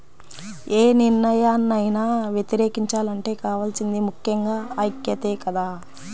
యే నిర్ణయాన్నైనా వ్యతిరేకించాలంటే కావాల్సింది ముక్కెంగా ఐక్యతే కదా